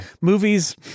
movies